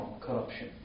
corruption